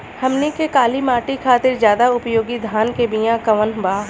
हमनी के काली माटी खातिर ज्यादा उपयोगी धान के बिया कवन बा?